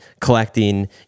collecting